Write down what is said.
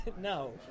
No